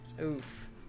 oof